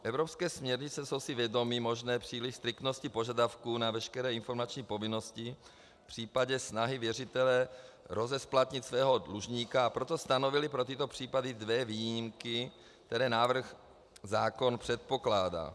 Evropské směrnice jsou si vědomy možné striktnosti požadavků na veškeré informační povinnosti v případě snahy věřitele rozesplatnit svého dlužníka, a proto stanovily pro tyto případy dvě výjimky, které návrh zákona předpokládá.